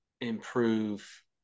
improve